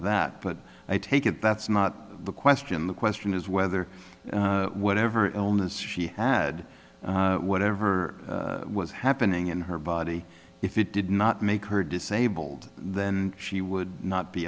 that but i take it that's not the question the question is whether whatever illness she had whatever was happening in her body if it did not make her disabled then she would not be